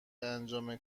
انجام